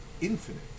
infinite